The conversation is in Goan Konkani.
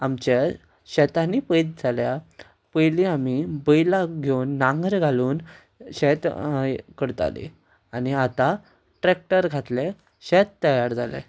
आमच्या शेतांनी पळयत जाल्यार पयली आमी बैलाक घेवन नांगर घालून शेत करताले आनी आतां ट्रॅक्टर घातले शेत तयार जाले